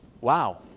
wow